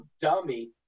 dummy